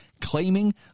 claiming